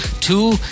two